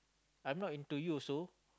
I am not into you also